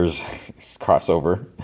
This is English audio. crossover